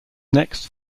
next